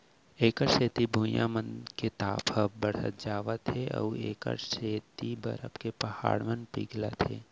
एखर सेती भुइयाँ के ताप ह बड़हत जावत हे अउ एखर सेती बरफ के पहाड़ मन पिघलत हे